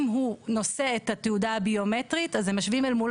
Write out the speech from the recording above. אם הוא נושא את התעודה הביומטרית אז הם משווים אל מול